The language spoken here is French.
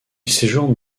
séjourne